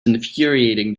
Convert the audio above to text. infuriating